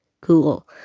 Cool